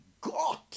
God